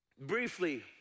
Briefly